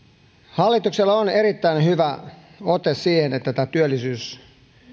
hallituksella on erittäin hyvä ote siihen että työllisyys